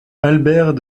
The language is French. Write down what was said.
albert